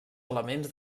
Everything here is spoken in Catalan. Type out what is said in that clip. elements